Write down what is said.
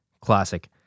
classic